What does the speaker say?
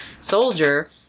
soldier